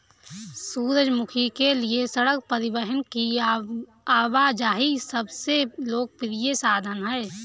सूरजमुखी के लिए सड़क परिवहन की आवाजाही सबसे लोकप्रिय साधन है